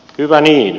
hyvä niin